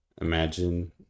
Imagine